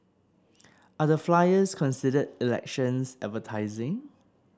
are the flyers considered elections advertising